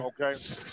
Okay